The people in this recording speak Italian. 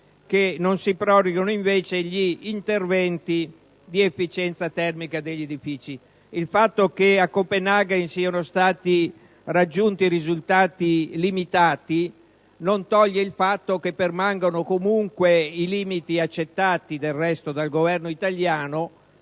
che non si proroghino invece gli interventi di efficienza termica degli edifici. Il fatto che a Copenaghen siano stati raggiunti risultati limitati non toglie che permangano comunque i limiti - accettati del resto dal Governo italiano